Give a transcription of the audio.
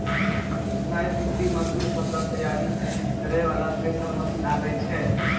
राई तीसी मसूर फसल तैयारी करै वाला थेसर मसीन आबै छै?